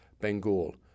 Bengal